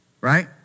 right